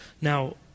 Now